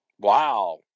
Wow